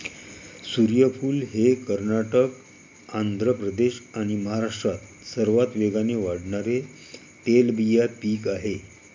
सूर्यफूल हे कर्नाटक, आंध्र प्रदेश आणि महाराष्ट्रात सर्वात वेगाने वाढणारे तेलबिया पीक आहे